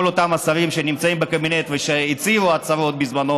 כל אותם השרים שנמצאים בקבינט והצהירו הצהרות בזמנו